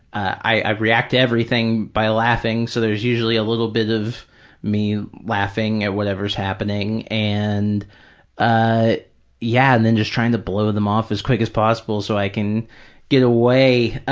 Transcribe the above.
i react to everything by laughing, so there's usually a little bit of me laughing at whatever is happening, and yeah, and then just trying to blow them off as quick as possible so i can get away.